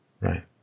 Right